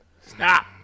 Stop